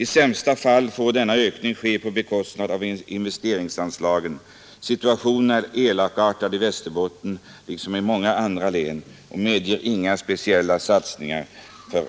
I sämsta fall får denna ökning ske på bekostnad av investeringsanslagen. Situationen är elakartad i Västerbotten liksom i många andra län och medger inga speciella satsningar för